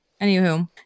Anywho